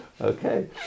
Okay